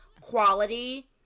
quality